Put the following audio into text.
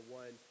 one